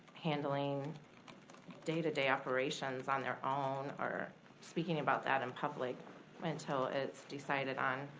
handling day-to-day operations on their own, or speaking about that in public until it's decided on